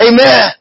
Amen